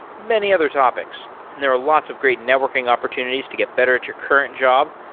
many other topics, and there are lots of great networking opportunities to get better at your current job,